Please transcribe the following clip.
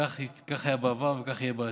כך היה בעבר וכך יהיה בעתיד.